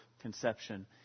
conception